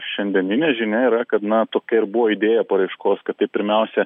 šiandieninė žinia yra kad na tokia ir buvo idėja paraiškos kad tai pirmiausia